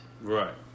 Right